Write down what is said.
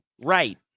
Right